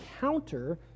counter